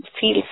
feel